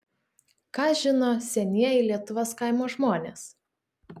ką žino senieji lietuvos kaimo žmonės